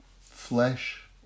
flesh